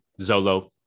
Zolo